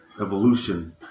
evolution